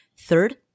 Third